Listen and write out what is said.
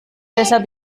deshalb